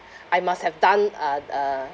I must have done uh uh